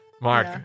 Mark